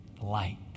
light